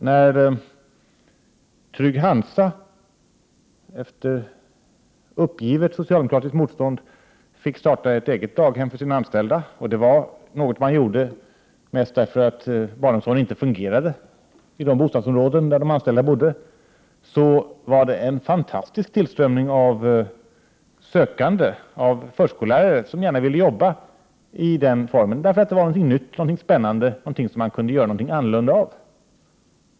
När Trygg-Hansa, sedan socialdemokraterna givit upp sitt motstånd, fick starta ett eget daghem för sina anställda — och det var något som man gjorde därför att barnomsorgen inte fungerade i de områden där de anställda bodde — blev det en fantastisk tillströmning av sökande förskollärare, som ville jobba i den barnomsorgsformen. Detta var någonting nytt, någonting spännande, någonting som man kunde göra något annorlunda av.